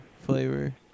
Flavor